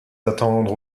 attendre